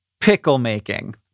pickle-making